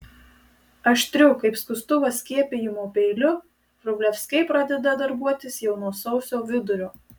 aštriu kaip skustuvas skiepijimo peiliu vrublevskiai pradeda darbuotis jau nuo sausio vidurio